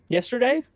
Yesterday